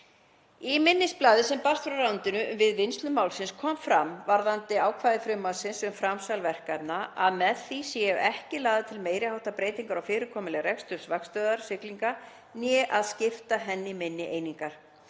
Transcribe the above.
Í minnisblaði sem barst frá ráðuneytinu við vinnslu málsins kom fram varðandi ákvæði frumvarpsins um framsal verkefna, að með því séu ekki lagðar til meiri háttar breytingar á fyrirkomulagi reksturs vaktstöðvar siglinga né að skipta henni í minni einingar.